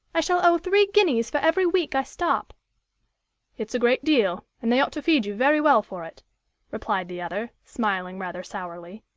i shall owe three guineas for every week i stop it's a great deal, and they ought to feed you very well for it replied the other, smiling rather sourly.